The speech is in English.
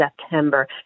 September